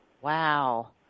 wow